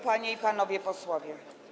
Panie i Panowie Posłowie!